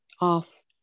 off